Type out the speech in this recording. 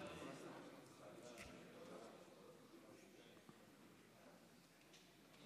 יש לי חדשות בשבילכם: על האלונקה אתם שוכבים,